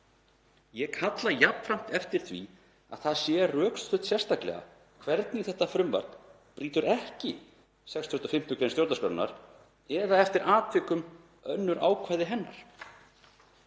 Ég kalla jafnframt eftir því að það sé rökstutt sérstaklega hvernig þetta frumvarp brýtur ekki 65. gr. stjórnarskrárinnar eða eftir atvikum önnur ákvæði hennar.